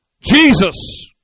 Jesus